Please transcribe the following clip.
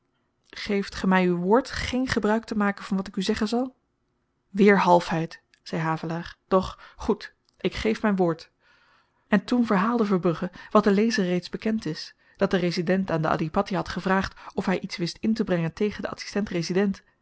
geeft ge my uw woord geen gebruik te maken van wat ik u zeggen zal weer halfheid zei havelaar doch goed ik geef myn woord en toen verhaalde verbrugge wat den lezer reeds bekend is dat de resident aan den adhipatti had gevraagd of hy iets wist intebrengen tegen den